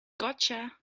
gotcha